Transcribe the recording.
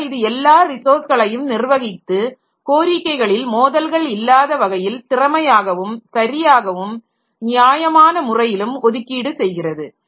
ஆக இது எல்லா ரிசோர்ஸ்களையும் நிர்வகித்து கோரிக்கைகளில் மோதல்கள் இல்லாத வகையில் திறமையாகவும் சரியாகவும் நியாயமான முறையிலும் ஒதுக்கீடு செய்கிறது